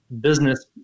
business